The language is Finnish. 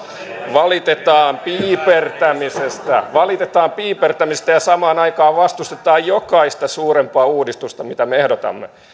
valitetaan piipertämisestä valitetaan piipertämisestä ja samaan aikaan vastustetaan jokaista suurempaa uudistusta mitä me ehdotamme